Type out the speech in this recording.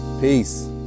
Peace